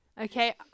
Okay